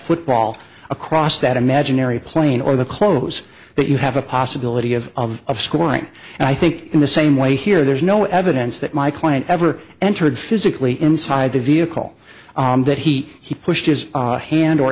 football across that imaginary plane or the clothes that you have a possibility of of scoring and i think in the same way here there's no evidence that my client ever entered physically inside the vehicle that he he pushed his hand or